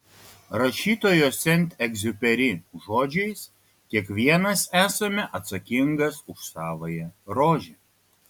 rašytojo sent egziuperi žodžiais kiekvienas esame atsakingas už savąją rožę